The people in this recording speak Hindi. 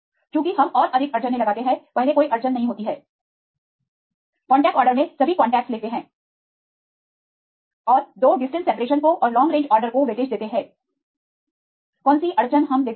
चूँकि हम और अधिक अड़चनें लगाते हैं पहले कोई अड़चन नहीं होती है कांटेक्ट आर्डर में सभी कांटेक्ट लेते हैं और 2 डिस्टेंस सेपरेशन को और लॉन्ग रेंज ऑर्डर को वेटेज देते हैं कौन सी अड़चन हम देते हैं